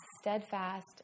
steadfast